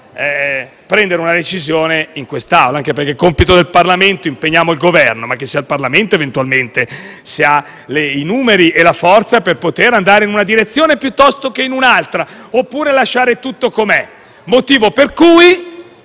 possa prendere una decisione in questa sede. Anche perché, se è compito del Parlamento, poi impegniamo il Governo? Ma che sia il Parlamento, eventualmente, se ha i numeri e la forza, ad andare in una direzione piuttosto che in un'altra oppure a lasciare tutto com'è. Motivo questo